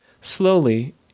Slowly